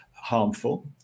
harmful